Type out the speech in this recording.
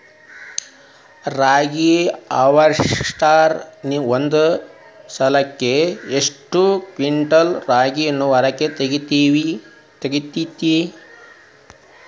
ರಾಗಿಯ ಹಾರ್ವೇಸ್ಟರ್ ಒಂದ್ ಸಲಕ್ಕ ಎಷ್ಟ್ ಕ್ವಿಂಟಾಲ್ ರಾಗಿ ಹೊರ ತೆಗಿತೈತಿ?